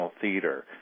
theater